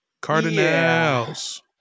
Cardinals